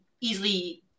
easily